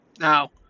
Now